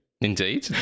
indeed